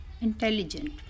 intelligent